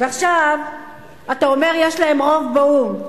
ועכשיו אתה אומר: יש להם רוב באו"ם.